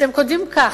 שהם כותבים כך,